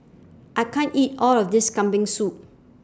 I can't eat All of This Kambing Soup